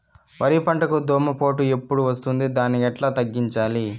వరి పంటకు దోమపోటు ఎప్పుడు వస్తుంది దాన్ని ఎట్లా తగ్గించాలి?